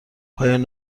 پایان